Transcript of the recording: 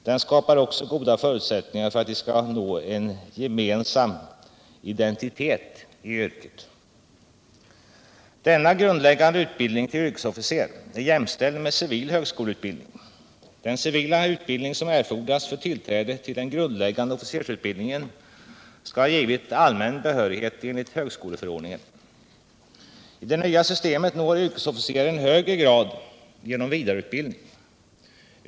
Den skapar också goda förutsättningar för att vi skall nå en gemensam identitet i yrket. Denna grundläggande utbildning till yrkesofficer är jämställd med civil högskoleutbildning. Den civila utbildning som erfordras för tillträde till den grundläggande officersutbildningen skall ha givit allmän behörighet enligt högskoleförordningen. I det nya systemet når yrkesofficeren högre grad genom vidareutbildning.